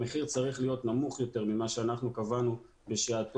המחיר צריך להיות נמוך יותר ממה שאנחנו קבענו בשעתו,